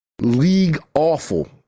league-awful